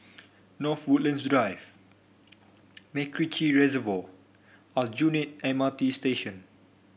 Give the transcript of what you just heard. North Woodlands Drive MacRitchie Reservoir Aljunied M R T Station